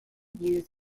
views